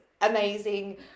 amazing